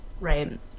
right